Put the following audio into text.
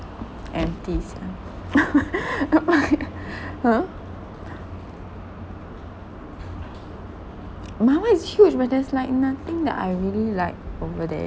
empty sia !huh! my one is huge but there's like nothing that I really like over there